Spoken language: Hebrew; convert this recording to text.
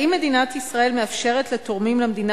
1. האם מדינת ישראל מאפשרת לתורמים למדינה